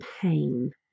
pain